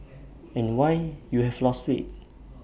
and why you have lost weight